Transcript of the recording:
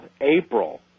April